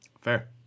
Fair